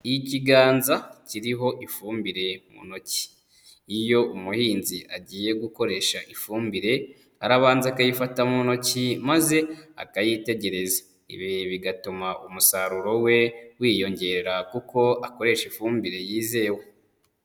Ikiganza kiriho ifumbire mu ntoki, iyo umuhinzi agiye gukoresha ifumbire arabanza akayifata mu ntoki maze akayitegereza, ibi bigatuma umusaruro we wiyongera kuko akoresha ifumbire yizewe.